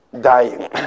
dying